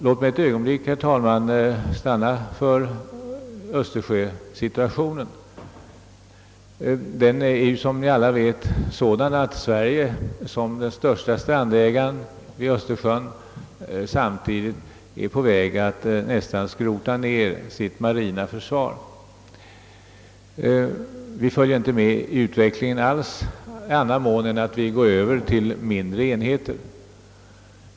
Låt mig ett ögonblick, herr talman, stanna vid östersjösituationen. Vi vet alla att Sverige — den största strandägaren vid Östersjön — är på väg att nästan skrota ned sitt marina försvar. Vi följer inte med utvecklingen alls i annan mån än att vi går över till mindre enheter.